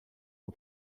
nur